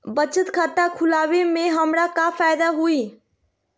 बचत खाता खुला वे में हमरा का फायदा हुई?